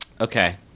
Okay